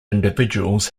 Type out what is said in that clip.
individuals